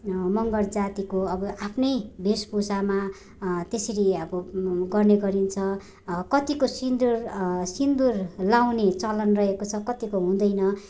मगर जातिको अब आफ्नै भेषभूषामा त्यसरी अब गर्ने गरिन्छ कतिको सिन्दूर सिन्दूर लगाउने चलन रहेको छ कतिको हुँदैन